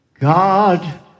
God